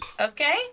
Okay